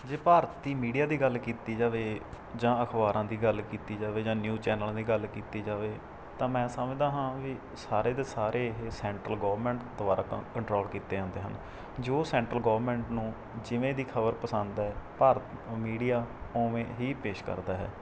ਜੇ ਭਾਰਤ ਦੀ ਮੀਡੀਆ ਦੀ ਗੱਲ ਕੀਤੀ ਜਾਵੇ ਜਾਂ ਅਖ਼ਬਾਰਾਂ ਦੀ ਗੱਲ ਕੀਤੀ ਜਾਵੇ ਜਾਂ ਨਿਊਜ਼ ਚੈਨਲਾਂ ਦੀ ਗੱਲ ਕੀਤੀ ਜਾਵੇ ਤਾਂ ਮੈਂ ਸਮਝਦਾ ਹਾਂ ਵੀ ਸਾਰੇ ਦੇ ਸਾਰੇ ਇਹ ਸੈਂਟਰਲ ਗੌਰਮੈਂਟ ਦੁਆਰਾ ਕ ਕੰਟਰੋਲ ਕੀਤੇ ਜਾਂਦੇ ਹਨ ਜੋ ਸੈਂਟਰਲ ਗੌਰਮੈਂਟ ਨੂੰ ਜਿਵੇਂ ਦੀ ਖਬਰ ਪਸੰਦ ਹੈ ਭਾਰਤ ਮੀਡੀਆ ਉਵੇਂ ਹੀ ਪੇਸ਼ ਕਰਦਾ ਹੈ